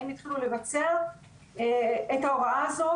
האם התחילו לבצע את ההוראה הזו?